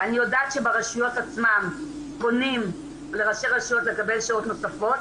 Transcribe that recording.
אני יודעת שברשויות עצמם פונים לראשי רשויות לקבל שעות נוספות,